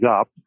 up